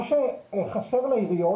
מה שחסר לעיריות,